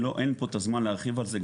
אין פה צד מה להרחיב על זה,